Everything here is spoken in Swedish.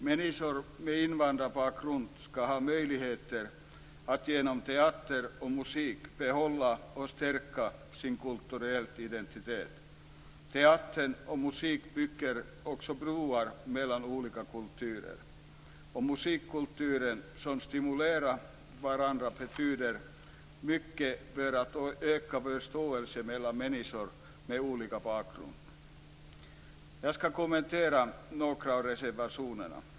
Människor med invandrarbakgrund skall ha möjlighet att genom teater och musik behålla och stärka sin kulturella identitet. Teatern och musiken bygger också broar mellan olika kulturer. Olika musikkulturer som stimulerar varandra betyder mycket för att öka förståelsen mellan människor med olika bakgrund. Jag skall kommentera några av reservationerna.